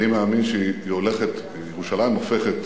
אני מאמין שירושלים הופכת